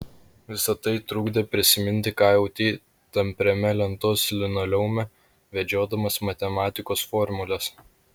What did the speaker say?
visa tai trukdė prisiminti ką jautei tampriame lentos linoleume vedžiodamas matematikos formules